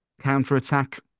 counter-attack